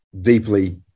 deeply